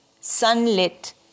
sunlit